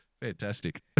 Fantastic